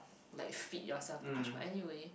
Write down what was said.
like feed yourself too much but anyway